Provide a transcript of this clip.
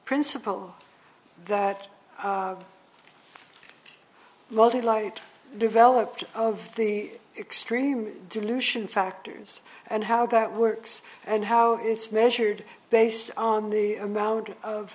principle that multi light developed of the extreme dilution factors and how that works and how it's measured based on the amount of